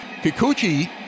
Kikuchi